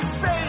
say